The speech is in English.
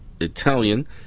Italian